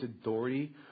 authority